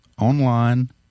online